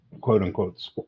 quote-unquote